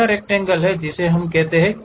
यह रक्टैंगल जिसे हम कहते हैं